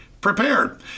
prepared